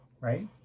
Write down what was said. Right